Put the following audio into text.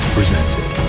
Presented